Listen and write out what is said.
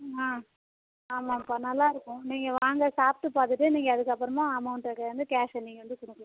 ஆமாம் சார் நல்லா இருக்கும் நீங்கள் வாங்க சாப்பிட்டு பார்த்துட்டு நீங்கள் அதுக்கப்பறமாக அமௌன்கிட்ட வந்து கேஷ்ஷை நீங்கள் வந்து கொடுக்கலாம்